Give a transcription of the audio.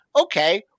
okay